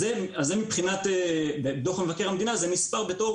אז מבחינת דוח מבקר המדינה זה נספר בתור